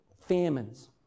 Famines